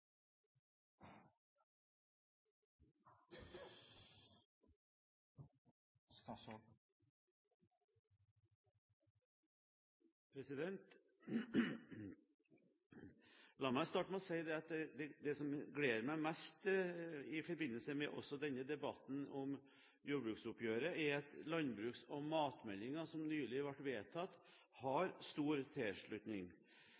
opp igjen. La meg starte med å si at det som gleder meg mest i forbindelse med denne debatten om jordbruksoppgjøret, er at landbruks- og matmeldingen, som nylig ble vedtatt,